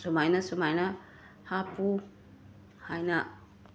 ꯁꯨꯃꯥꯏꯅ ꯁꯨꯃꯥꯏꯅ ꯍꯥꯞꯄꯨ ꯍꯥꯏꯅ